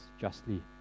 justly